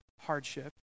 hardship